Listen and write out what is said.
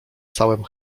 całem